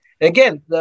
Again